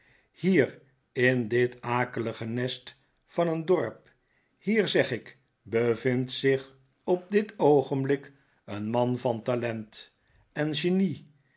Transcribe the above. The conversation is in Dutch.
hier in dit akelige nest van een dorp hier zeg ik bevindt zich op dit oogenblik een man van talent en genie